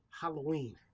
halloween